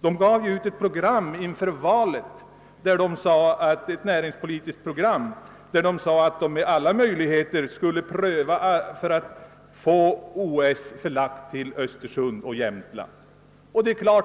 De gav ut ett näringspolitiskt program inför valet, vari det sades att alla möjligheter skulle prövas för att få olympiska spel förlagda till Jämtland och Östersund.